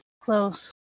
Close